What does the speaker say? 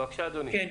בבקשה, אדוני.